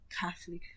Catholic